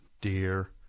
dear